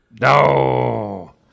No